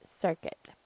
Circuit